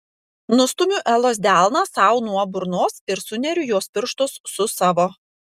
nustumiu elos delną sau nuo burnos ir suneriu jos pirštus su savo